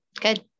Good